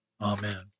Amen